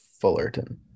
Fullerton